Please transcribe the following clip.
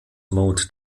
mode